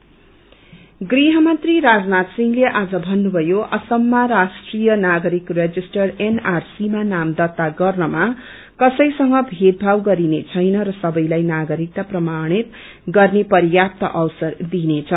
NRC एचएस गृहमन्त्री राजनाथ सिंहले आज भन्नुथयो असममा राष्ट्रीय नागरिक रेणिस्टर एनआरसी मा नाम दर्ता गर्नमा कसैसँग भेदभाव गरिनेछैन र सबैलाई नागरिकता प्रमाणित गर्ने पर्याप्त अवसर दिइनेछ